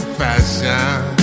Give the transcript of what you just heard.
fashion